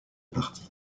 parti